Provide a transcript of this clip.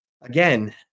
Again